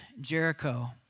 Jericho